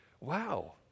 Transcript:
Wow